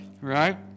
right